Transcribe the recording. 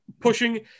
pushing